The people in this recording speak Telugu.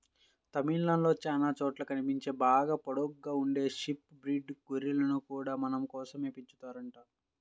తమిళనాడులో చానా చోట్ల కనిపించే బాగా పొడుగ్గా ఉండే షీప్ బ్రీడ్ గొర్రెలను గూడా మాసం కోసమే పెంచుతారంట